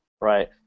right